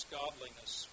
godliness